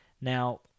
Now